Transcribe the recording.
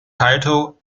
tito